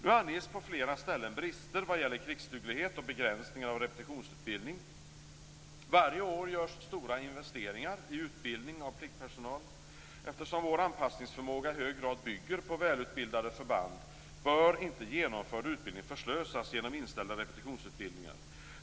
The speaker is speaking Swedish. Nu anges på flera ställen brister vad gäller krigsduglighet och begränsningar av repetitionsutbildning. Varje år görs stora investeringar i utbildning av pliktpersonal. Eftersom vår anpassningsförmåga i hög grad bygger på välutbildade förband bör inte genomförd utbildning förslösas genom inställda repetitionsutbildningar.